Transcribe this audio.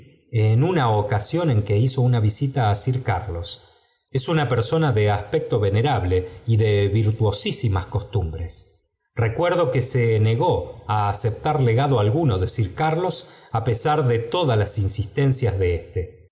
en una ocasión en que hizo una visita á sir carlos es una persona de aspecto venerable y de virtuosísimas costumbres recuerdo que se negó á apeptar legado alguno de sir carlos á pesar de todas las instancias de éste